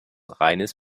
reines